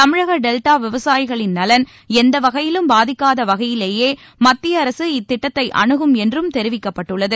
தமிழக டெல்டா விவசாயிகளின் நலன் எந்த வகையிலும் பாதிக்காத வகையிலேயே மத்திய அரசு இத்திட்டத்தை அணுகும் என்றும் தெரிவிக்கப்பட்டுள்ளது